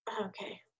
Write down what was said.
Okay